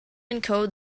encode